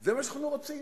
זה מה שאנחנו רוצים.